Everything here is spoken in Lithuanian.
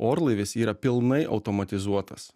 orlaivis yra pilnai automatizuotos